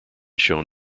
shown